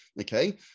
okay